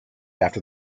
after